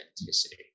authenticity